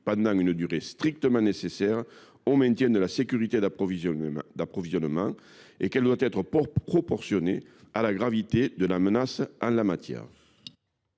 pendant la durée strictement nécessaire au maintien de la sécurité d’approvisionnement » et qu’elle doit être proportionnée à la gravité de la menace en la matière.